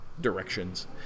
directions